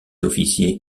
officier